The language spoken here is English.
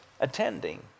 attending